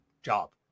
job